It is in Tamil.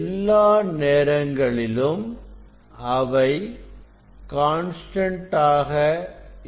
எல்லா நேரங்களிலும் அவை கான்ஸ்டன்ட் ஆக இருக்க வேண்டும்